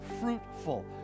fruitful